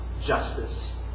justice